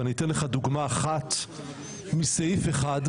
ואני אתן לך דוגמה אחת מסעיף אחד,